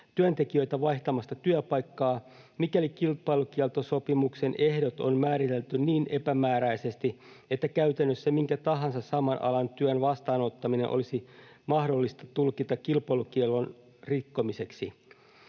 työntekijöitä vaihtamasta työpaikkaa, mikäli kilpailukieltosopimuksen ehdot on määritelty niin epämääräisesti, että käytännössä minkä tahansa saman alan työn vastaanottaminen olisi mahdollista tulkita kilpailukiellon rikkomiseksi.